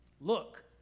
look